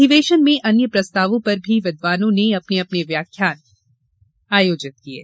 अधिवेशन में अन्य प्रस्तावों पर भी विद्वानों ने अपने अपने व्याख्यान आयोजित किये